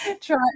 Try